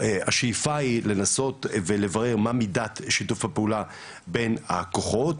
השאיפה היא לנסות ולברר מה מידת שיתוף הפעולה בין הכוחות,